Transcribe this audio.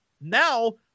Now